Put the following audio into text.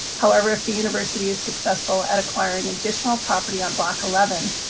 however, if the university is successful at acquiring additional property on block eleven,